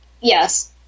Yes